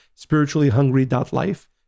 spirituallyhungry.life